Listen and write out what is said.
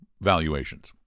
valuations